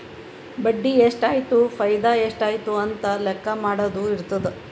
ಬಡ್ಡಿ ಎಷ್ಟ್ ಆಯ್ತು ಫೈದಾ ಎಷ್ಟ್ ಆಯ್ತು ಅಂತ ಲೆಕ್ಕಾ ಮಾಡದು ಇರ್ತುದ್